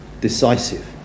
decisive